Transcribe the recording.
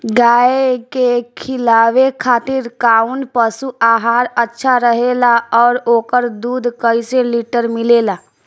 गाय के खिलावे खातिर काउन पशु आहार अच्छा रहेला और ओकर दुध कइसे लीटर मिलेला?